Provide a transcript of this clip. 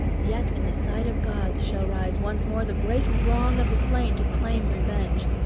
yet in the sight of gods shall rise once more the great wrong of the slain, to claim revenge.